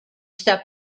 that